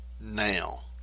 now